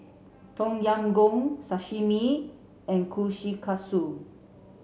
Tom Yam Goong Sashimi and Kushikatsu